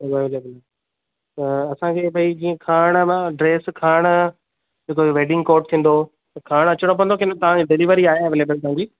त असांखे ॿई जीअं खरणु ड्रैस खरण जा जेको इहो वैडिंग कोट थींदो खरणु अचणो पवंदो की न तव्हांजी डिलीवरी आहे एवलेबल तव्हांजी